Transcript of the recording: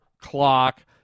clock